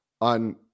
on